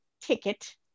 Ticket